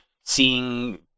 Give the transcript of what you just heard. seeing